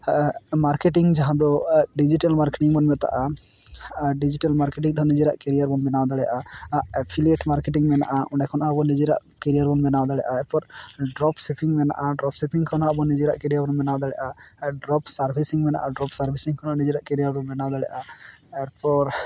marketing ᱡᱟᱦᱟᱸᱫᱚ digital ᱢᱟᱨᱠᱮᱴᱤᱝᱵᱚᱱ ᱢᱮᱛᱟᱜᱼᱟ ᱰᱤᱡᱤᱴᱟᱞ ᱢᱟᱨᱠᱮᱴᱤᱝ ᱛᱮᱦᱚᱸ ᱱᱤᱡᱮᱨᱟᱜ ᱠᱮᱨᱤᱭᱟᱨᱵᱚᱱ ᱵᱮᱱᱟᱣ ᱫᱟᱲᱮᱼᱟ ᱯᱷᱤᱞᱮᱴ ᱢᱟᱨᱠᱮᱴᱤᱝ ᱢᱮᱱᱟᱜᱼᱟ ᱚᱸᱰᱮ ᱠᱷᱚᱱᱦᱚᱸ ᱟᱵᱚ ᱱᱤᱡᱮᱨᱟᱜ ᱠᱮᱨᱤᱭᱟᱨᱵᱚᱱ ᱵᱮᱱᱟᱣ ᱫᱟᱲᱮᱼᱟ ᱮᱨᱯᱚᱨ ᱰᱨᱚᱯᱥᱤᱯᱷᱤᱝ ᱢᱮᱱᱟᱜᱼᱟ ᱰᱨᱚᱯᱥᱤᱯᱷᱤᱝ ᱠᱷᱚᱱᱦᱚᱸ ᱟᱵᱚ ᱱᱤᱡᱮᱨᱟᱜ ᱠᱮᱨᱤᱭᱟᱨᱵᱚᱱ ᱵᱮᱱᱟᱣ ᱫᱟᱲᱮᱼᱟ ᱰᱨᱚᱯ ᱥᱟᱨᱵᱷᱤᱥᱤᱝ ᱢᱮᱱᱟᱜᱼᱟ ᱰᱨᱚᱯ ᱥᱟᱨᱵᱷᱤᱥᱤᱝ ᱠᱷᱚᱱᱦᱚᱸ ᱱᱤᱡᱮᱨᱟᱜ ᱠᱮᱨᱤᱭᱟᱨᱵᱚᱱ ᱵᱮᱱᱟᱣ ᱫᱟᱲᱮᱼᱟ ᱟᱨᱯᱚᱨ